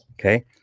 Okay